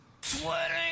Sweating